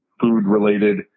food-related